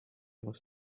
was